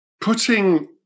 putting